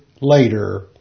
later